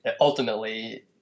ultimately